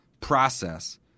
process